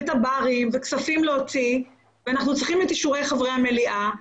תב"רים והוצאת כספים ואנחנו צריכים את אישורי חברי המליאה.